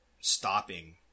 stopping